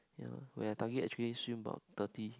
yea we had target actually swim about thirty